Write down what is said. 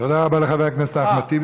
תודה רבה לחבר הכנסת אחמד טיבי.